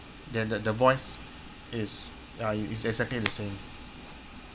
then the the voice is uh is exactly the same